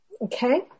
Okay